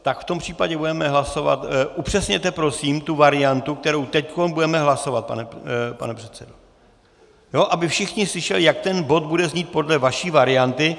Tak v tom případě budeme hlasovat upřesněte prosím tu variantu, kterou teď budeme hlasovat, pane předsedo, aby všichni slyšeli, jak ten bod bude znít podle vaší varianty.